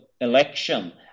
election